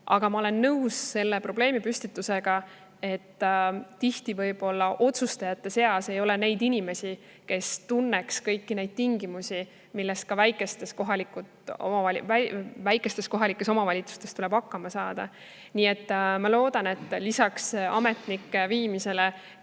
Aga ma olen nõus selle probleemipüstitusega, et tihti ei ole otsustajate seas inimesi, kes tunnevad kõiki neid tingimusi, millega väikestes kohalikes omavalitsustes tuleb hakkama saada. Nii et ma loodan, et lisaks ametnike viimisele